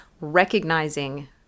recognizing